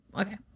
Okay